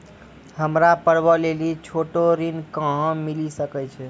हमरा पर्वो लेली छोटो ऋण कहां मिली सकै छै?